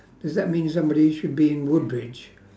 does that mean somebody should be in woodbridge